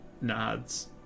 Nods